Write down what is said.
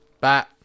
Bye